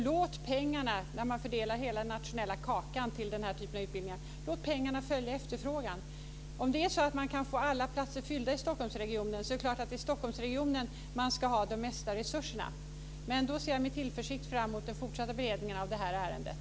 Låt pengarna, när man fördelar hela den nationella kakan till den här typen av utbildningar, följa efterfrågan. Om det är så att man kan få alla platser fyllda i Stockholmsregionen är det klart att det är i Stockholmsregionen man också ska ha det mesta av resurserna. Då ser jag med tillförsikt fram emot den fortsatta beredningen av det här ärendet.